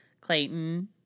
Clayton